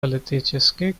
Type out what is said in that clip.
политических